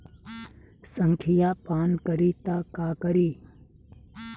संखिया पान करी त का करी?